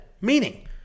Meaning